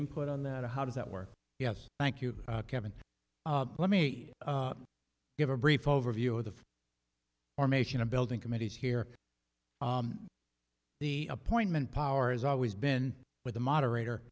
input on that how does that work yes thank you kevin let me give a brief overview of the formation of building committees here the appointment power has always been with the moderator